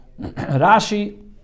Rashi